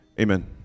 Amen